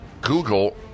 Google